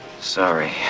Sorry